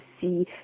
see